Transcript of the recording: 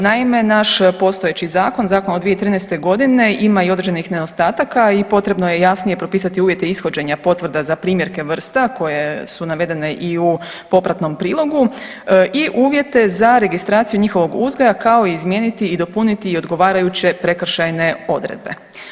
Naime, naš postojeći zakon, zakon od 2013. godine ima i određenih nedostataka i potrebno je jasnije propisati uvjete ishođenja potvrda za primjerke vrsta koje su navedene i u popratnom prilogu i uvjete za registraciju njihovog uzgoja kao i izmijeniti i dopuniti i odgovarajuće prekršajne odredbe.